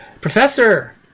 Professor